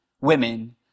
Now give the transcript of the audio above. women